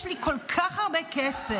יש לי כל כך הרבה כסף,